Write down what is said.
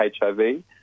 HIV